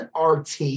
RT